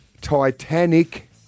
Titanic